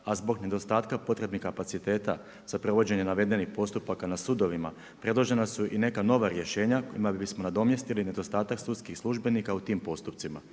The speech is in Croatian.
a zbog nedostatka potrebnih kapaciteta za provođenje navedenih postupaka na sudovima predložena su i neka nova rješenja kojima bismo nadomjestili nedostatak sudskih službenika u tim postupcima.